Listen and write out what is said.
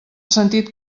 sentit